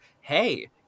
Hey